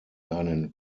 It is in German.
deinen